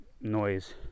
noise